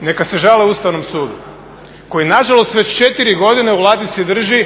Neka se žale Ustavnom sudu koji nažalost već 4 godine u ladici drži